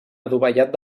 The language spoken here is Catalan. adovellat